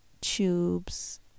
tubes